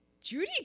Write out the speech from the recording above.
Judy